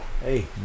Hey